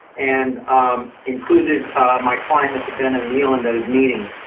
and um included my client, mr. bene o'neil, in those meetings.